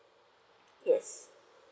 yes